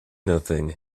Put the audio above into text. nothing